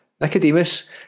Nicodemus